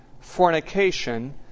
fornication